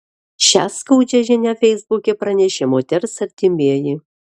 šią skaudžią žinią feisbuke pranešė moters artimieji